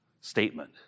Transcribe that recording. statement